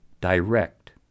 direct